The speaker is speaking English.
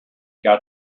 got